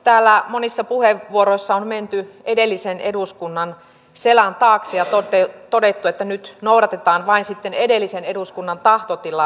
täällä monissa puheenvuoroissa on menty edellisen eduskunnan selän taakse ja todettu että nyt noudatetaan vain edellisen eduskunnan tahtotilaa